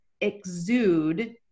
exude